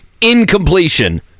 incompletion